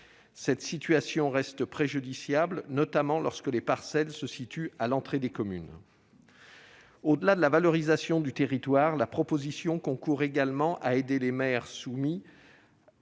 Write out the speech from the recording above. Cette situation reste préjudiciable, notamment lorsque les parcelles se situent à l'entrée des communes. Au-delà de la valorisation du territoire, la proposition de loi concourt également à aider les maires soumis à